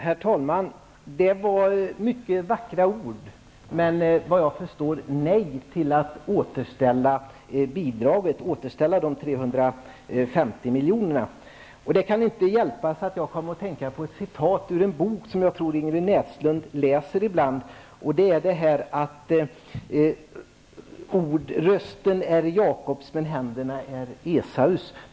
Herr talman! Det var mycket vackra ord, men vad jag förstår ett nej till att återställa bidraget, de 350 miljonerna. Det kan inte hjälpas att jag kom att tänka på ett citat ur en bok, som jag tror att Ingrid Näslund läser ibland. ''Rösten är Jakobs, men händerna är Esaus.''